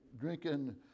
drinking